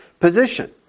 position